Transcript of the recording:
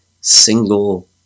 single